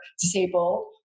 disabled